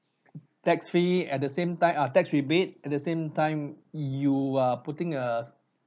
tax fee at the same time ah tax rebate at the same time you are putting a